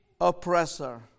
oppressor